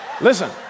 Listen